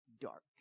dark